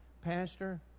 pastor